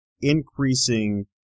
increasing